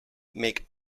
make